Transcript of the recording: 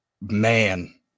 Man